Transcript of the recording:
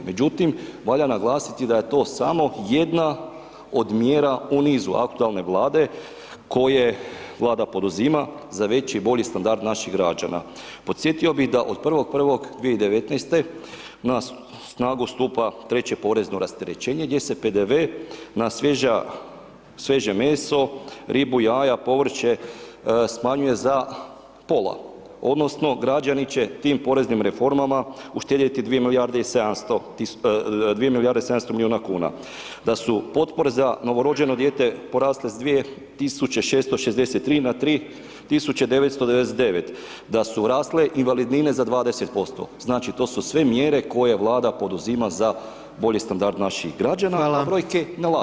Međutim, valja naglasiti da je to samo jedna od mjera u nizu aktualne vlade, koje vlada poduzima za veći i bolji standard naših građana podsjetio bi da od 1.1.2019. na snagu stupa 3 porezno rasterećenje gdje se PDV na svježa meso, ribu, jaja, povrće smanjuje za pola, odnosno građani će tim poreznim reformama uštedjeti 2 milijarde i 700 tisuća 2 milijarde 700 miliona kuna, da su potpore za novorođeno dijete porasle s 2.663 na 3.999, da su rasle invalidnine za 20%, znači to su sve mjere koje Vlada poduzima za bolji standard naših građana [[Upadica: Hvala.]] a brojke ne lažu.